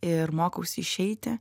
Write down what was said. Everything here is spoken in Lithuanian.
ir mokausi išeiti